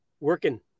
working